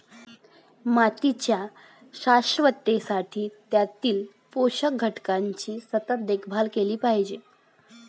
मातीच्या शाश्वततेसाठी त्यातील पोषक घटकांची सतत देखभाल केली पाहिजे